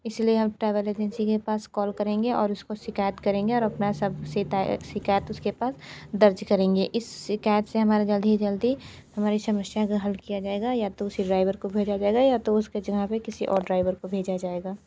इस लिए हम ट्रैवल एजेंसी के पास कॉल करेंगे और उसको शिकायत करेंगे और अपना सब से शिकायत उसके पास दर्ज करेंगे इस शिकायत से हमारा जल्द ही जल्दी हमारी समस्या का हल किया जाएगा या तो उसी ड्राइवर को भेजा जाएगा या तो उसके जगह पर किसी और ड्राइवर को भेजा जाएगा